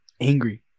angry